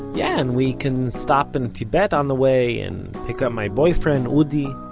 yeah and we can stop in tibet on the way, and pick up my boyfriend udi.